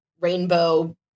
rainbow